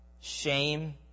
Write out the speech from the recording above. shame